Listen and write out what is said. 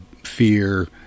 fear